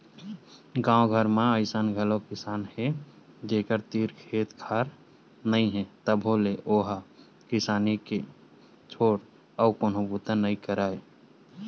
गाँव घर म अइसन घलोक किसान हे जेखर तीर खेत खार नइ हे तभो ले ओ ह किसानी के छोर अउ कोनो बूता नइ करय